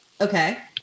Okay